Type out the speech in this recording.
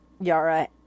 Yara